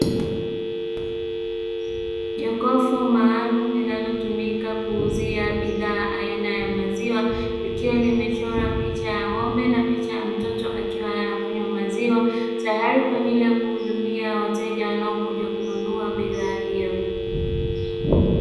Jokofu maalum linalotumika kuuzia bidhaa aina ya maziwa likiwa limechorwa picha ya ng'ombe na picha ya mtoto akiwa anakunywa maziwa, tayari kwa ajili ya kuhudumia wateja wanaokuja kununua bidhaa hiyo.